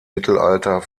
mittelalter